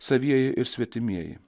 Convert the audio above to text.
savieji ir svetimieji